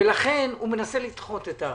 לכן הוא מנסה לדחות את ההחלטה.